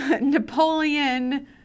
Napoleon